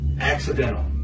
accidental